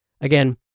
Again